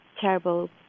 terrible